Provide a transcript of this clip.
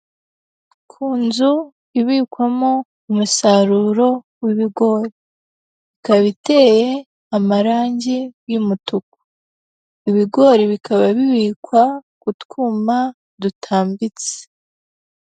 Ku nzu ibikwamo umusaruro w'ibigori. Ikaba iteye amarangi y'umutuku. Ibigori bikaba bibikwa k'utwuma dutambitse.